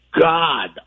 god